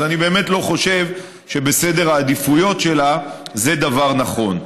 אז אני באמת לא חושב שבסדר העדיפויות שלה זה דבר נכון.